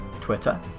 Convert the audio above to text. Twitter